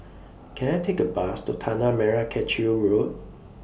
Can I Take A Bus to Tanah Merah Kechil Road